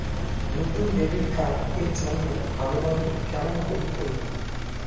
নতুন debit card এর জন্যে আবেদন কেমন করি করিম?